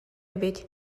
эбит